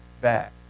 back